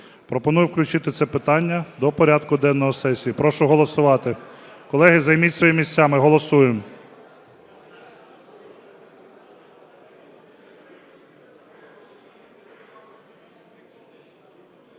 Пропоную включити це питання до порядку денного сесії. Прошу голосувати. Колеги, займіть свої місця, ми голосуємо.